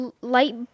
light